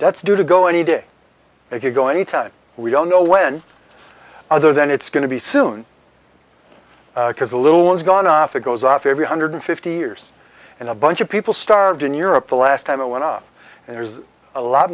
that's due to go any day if you go any time we don't know when other than it's going to be soon because the little one's gone off it goes off every hundred fifty years and a bunch of people starved in europe the last time it went up and there's a lot